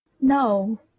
No